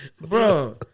Bro